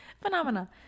phenomena